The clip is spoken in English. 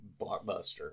blockbuster